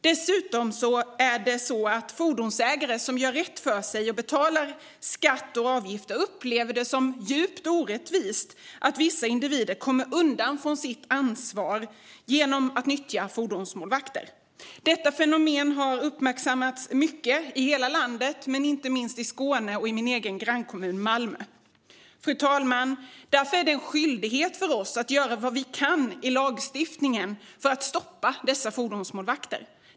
Dessutom är det så att fordonsägare som gör rätt för sig och som betalar skatt och avgifter upplever det som djupt orättvist att vissa individer kommer undan sitt ansvar genom att nyttja fordonsmålvakter. Detta fenomen har uppmärksammats mycket i hela landet, men inte minst i Skåne och i min egen grannkommun Malmö. Fru talman! Därför är det en skyldighet för oss att göra vad vi kan i lagstiftningen för att stoppa dessa fordonsmålvakter.